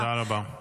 תודה רבה.